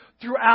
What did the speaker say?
throughout